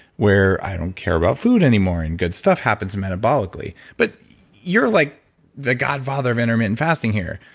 where i don't care about food anymore and good stuff happens metabolically. but you're like the godfather of intermittent fasting here,